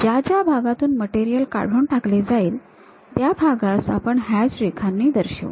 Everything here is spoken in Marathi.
ज्या ज्या भागातून मटेरियल काढून टाकले जाईल त्या भागास आपण हॅच रेखांनी दर्शवू